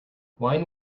wine